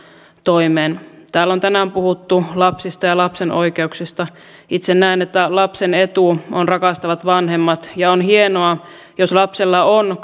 toimeen täällä on tänään puhuttu lapsista ja lapsen oikeuksista itse näen että lapsen etu on rakastavat vanhemmat ja on hienoa jos lapsella on